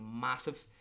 massive